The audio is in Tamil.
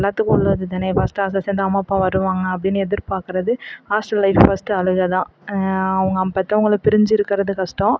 எல்லாத்துக்கும் உள்ளது தானே ஃபஸ்ட் ஹாஸ்டல் சேர்ந்தா அம்மா அப்பா வருவாங்க அப்படின்னு எதிர்பார்க்குறது ஹாஸ்டல் லைஃப் ஃபஸ்ட்டு அழுகை தான் அவங்க பெற்றவங்கள பிரிஞ்சிருக்கிறது கஷ்டம்